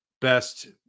best